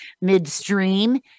midstream